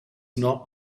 not